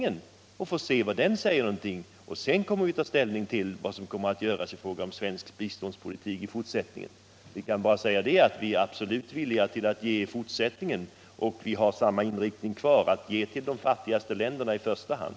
Vi får vänta och se vad den kommer till, och sedan får vi ta ställning till vad som bör göras i fråga om svensk biståndspolitik i fortsättningen. Vi kan nu bara säga att vi är absolut villiga att lämna bistånd även i fortsättningen och att vi har samma inriktning kvar. nämligen att ge bidrag till de fattigaste länderna i förstå hand.